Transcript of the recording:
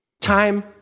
time